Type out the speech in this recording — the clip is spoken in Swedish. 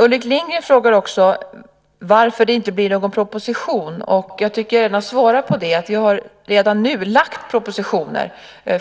Ulrik Lindgren frågade också varför det inte kommer någon proposition. Jag har redan svarat på det, att vi redan nu har lagt propositioner.